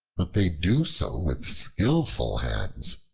but they do so with skillful hands,